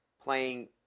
playing